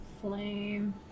Flame